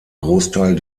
großteil